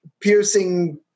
Piercing